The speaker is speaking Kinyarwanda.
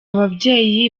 babyeyi